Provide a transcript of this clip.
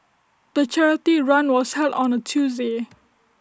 the charity run was held on A Tuesday